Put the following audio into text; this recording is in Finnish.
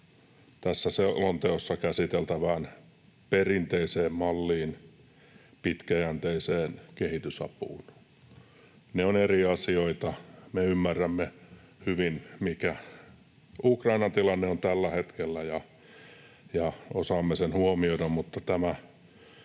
tässä selonteossa käsiteltävään perinteiseen malliin, pitkäjänteiseen kehitysapuun. Ne ovat eri asioita. Me ymmärrämme hyvin, mikä Ukrainan tilanne on tällä hetkellä, ja osaamme sen huomioida, mutta tämä